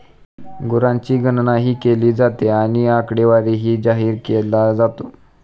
गुरांची गणनाही केली जाते आणि आकडेवारी जाहीर केला जातो